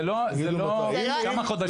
זה לא, זה לא, כמה חודשים זה לא מספיק.